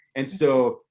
and so,